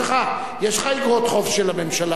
יש לך איגרות חוב של הממשלה.